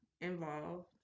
involved